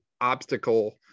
obstacle